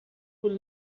full